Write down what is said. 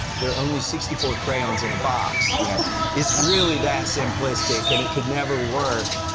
there are only sixty four crayons in a box. yes it's really that simplistic and it could never work.